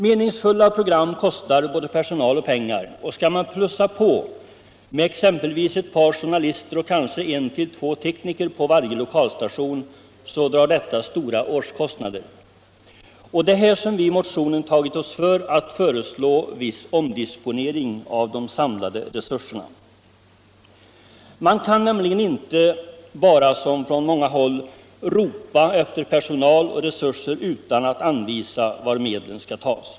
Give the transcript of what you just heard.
Meningsfulla program kostar både personal och pengar, och skall man plussa på med exempelvis ett par journalister och kanske en eller två tekniker på varje lokalstation så drar detta stora årskostnader. Och det är därför som vi i motionen tagit oss för att föreslå viss omdisponering av de samlade resurserna. Man kan nämligen inte bara, som från många håll, ropa efter personal och resurser utan att anvisa var medlen skall tas.